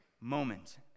moment